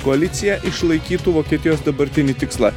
koalicija išlaikytų vokietijos dabartinį tikslą